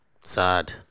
Sad